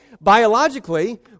biologically